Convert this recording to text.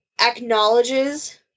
acknowledges